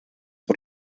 por